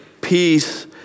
peace